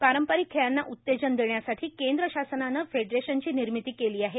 पारंपरिक खेळांना उत्तेजन देण्यासाठी केंद्र शासनानं फेडरेशनची निर्मिती केली आहे